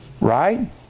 Right